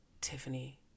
Tiffany